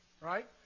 right